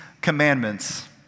commandments